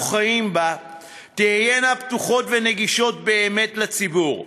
חיים בה תהיינה פתוחות ונגישות באמת לציבור.